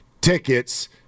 tickets